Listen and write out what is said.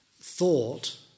thought